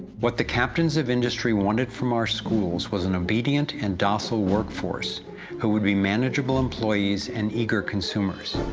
what the captains of industry wanted from our schools was an obedient and docile work force who would be manageable employees and eager consumers.